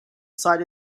side